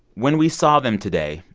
when we saw them today,